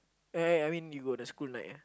eh eh I mean you got the school night ah